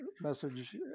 message